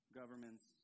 governments